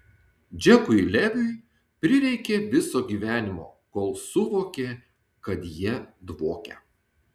džekui leviui prireikė viso gyvenimo kol suvokė kad jie dvokia